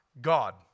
God